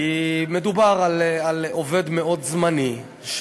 כי מדובר בעובד זמני מאוד,